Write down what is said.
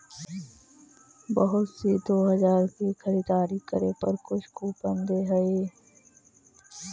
बहुत सी दो हजार की खरीदारी करे पर कुछ कूपन दे हई